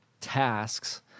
tasks